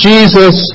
Jesus